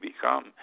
become